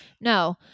no